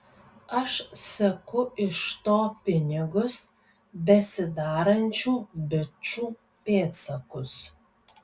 aš seku iš to pinigus besidarančių bičų pėdsakus